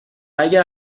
اگر